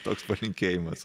toks palinkėjimas